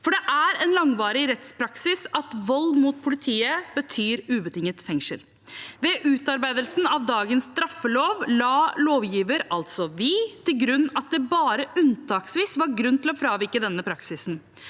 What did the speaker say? Det er en langvarig rettspraksis at vold mot politiet betyr ubetinget fengsel. Ved utarbeidelsen av dagens straffelov la lovgiver, altså vi, til grunn at det bare unntaksvis var grunn til å fravike denne praksisen.